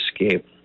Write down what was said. escape